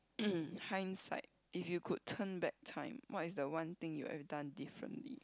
hindsight if you could turn back time what is the one thing you have done differently